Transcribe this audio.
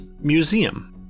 Museum